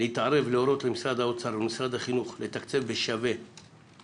להתערב ולהורות למשרד האוצר ולמשרד החינוך לתקצב שווה בשווה